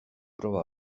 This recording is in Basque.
proba